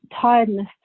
tiredness